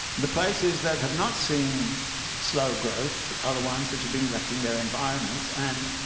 the places that have not seen slow growth other ones which have been wrecking their environments and,